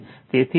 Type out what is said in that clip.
તેથી આ 0